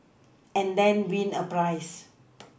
and then win a prize